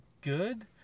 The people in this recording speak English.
good